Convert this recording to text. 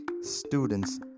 students